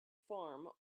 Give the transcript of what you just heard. farm